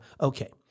okay